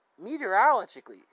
meteorologically